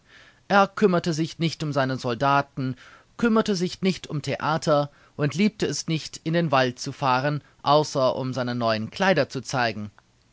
er kümmerte sich nicht um seine soldaten kümmerte sich nicht um theater und liebte es nicht in den wald zu fahren außer um seine neuen kleider zu zeigen